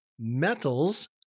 metals